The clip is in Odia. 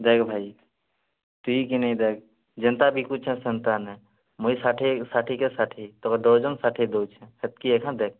ଦେଖ୍ ଭାଇ ତୁଇ କିନି ଦେଖ୍ ଯେନ୍ତା ବିକୁଛେ ସେନ୍ତା ନାଇଁ ମୁଇଁ ଷାଠିଏକି ଷାଠିଏ ଡର୍ଜନ ଦେଉଛେ ସେତ୍କି ଏକା ଦେଖ୍